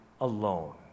alone